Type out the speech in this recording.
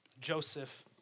Joseph